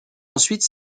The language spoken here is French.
ensuite